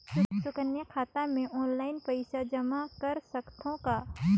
सुकन्या खाता मे ऑनलाइन पईसा जमा कर सकथव का?